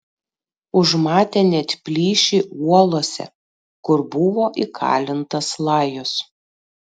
užmatė net plyšį uolose kur buvo įkalintas lajus